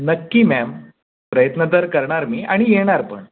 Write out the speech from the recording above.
नक्की मॅम प्रयत्न तर करणार मी आणि येणार पण